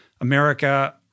America